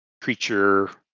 creature